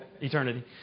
eternity